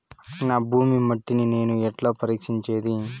నా భూమి మట్టిని నేను ఎట్లా పరీక్షించేది?